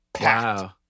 Wow